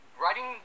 writing